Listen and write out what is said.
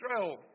Israel